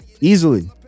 Easily